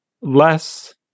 less